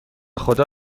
خدا